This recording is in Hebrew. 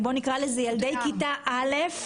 ילדי כיתה א',